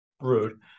rude